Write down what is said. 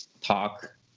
talk